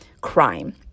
crime